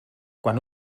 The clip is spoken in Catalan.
quan